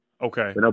Okay